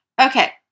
okay